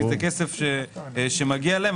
כי זה כסף שמגיע להם.